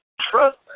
trust